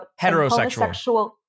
Heterosexual